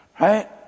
right